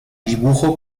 dibujo